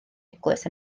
eglwys